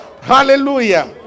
Hallelujah